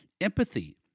empathy